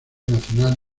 nacional